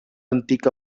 antic